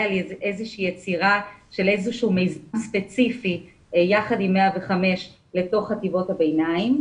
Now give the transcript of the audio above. איזושהי יצירה של איזשהו משהו ספציפי יחד עם 105 לתוך חטיבות הביניים.